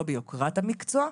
לא ביוקרת המקצוע,